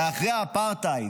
ואחרי האפרטהייד,